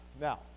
Now